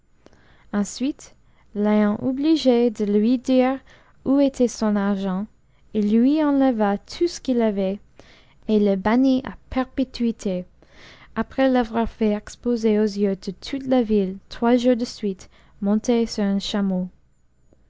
de lui dire où était son argent il lui enleva tout ce qu'il avait et le bannit à perpétuité après l'avoir fait exposer aux yeux de toute la ville trois jours de suite monté sur un chameau